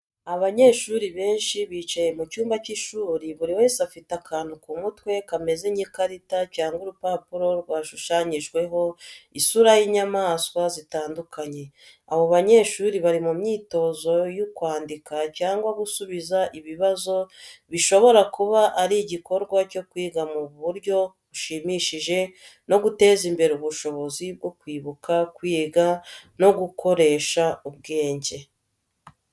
Abanyeshuri benshi bicaye mu cyumba cy’ishuri, buri wese afite akantu ku mutwe kameze nk’ikarita cyangwa urupapuro rwashushanyijweho isura y’inyamaswa zitandukanye. Abo banyeshuri bari mu myitozo y’ukwandika cyangwa gusubiza ibibazo, bishobora kuba ari igikorwa cyo kwiga mu buryo bushimishije no guteza imbere ubushobozi bwo kwibuka, kwiga, no gukoresha ubwenge.